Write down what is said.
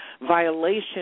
violation